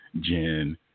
Jen